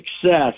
success